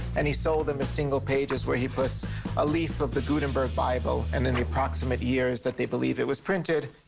and he sold them as single pages where he puts a leaf of the gutenberg bible and then the approximate years that they believe it was printed.